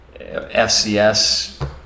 FCS